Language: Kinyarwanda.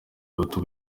bato